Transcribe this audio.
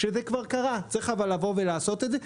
זה כבר קרה, אבל צריך לעשות את זה.